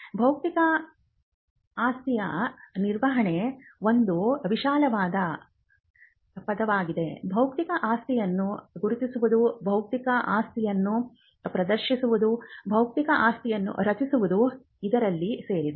ಬೌದ್ಧಿಕ ಆಸ್ತಿಯ ನಿರ್ವಹಣೆ ಒಂದು ವಿಶಾಲವಾದ ಪದವಾಗಿದೆ ಬೌದ್ಧಿಕ ಆಸ್ತಿಯನ್ನು ಗುರುತಿಸುವುದು ಬೌದ್ಧಿಕ ಆಸ್ತಿಯನ್ನು ಪ್ರದರ್ಶಿಸುವುದು ಬೌದ್ಧಿಕ ಆಸ್ತಿಯನ್ನು ರಕ್ಷಿಸುವುದು ಇದರಲ್ಲಿ ಸೇರಿದೆ